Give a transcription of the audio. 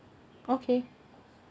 okay